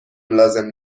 لازم